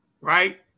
right